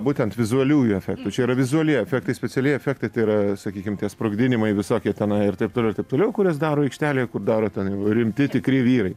būtent vizualiųjų efektų čia yra vizualieji efektai specialieji efektai tai yra sakykim tie sprogdinimai visokie tenai ir taip toliau ir taip toliau kuriuos daro aikštelėje kur daro ten jau rimti tikri vyrai